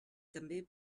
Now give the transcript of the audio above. també